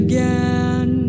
Again